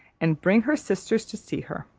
and bring her sisters to see her.